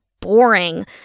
boring